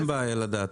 אין בעיה לדעת.